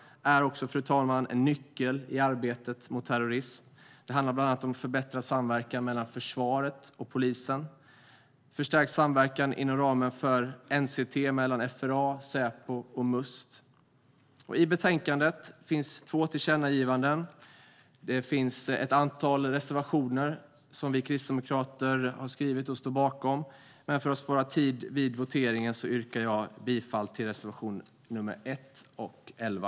Samverkan är en nyckel i arbetet mot terrorism. Det handlar bland annat om förbättrad samverkan mellan försvaret och polisen och förstärkt samverkan inom ramen för NCT mellan FRA, Säpo och Must. I betänkandet finns två tillkännagivanden, och det finns ett antal reservationer som vi kristdemokrater skrivit och står bakom. För att spara tid vid voteringen yrkar jag bifall till reservationerna 1 och 11.